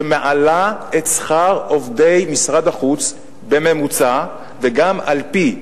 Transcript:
שמעלה את שכר עובדי משרד החוץ בממוצע, וגם על-פי,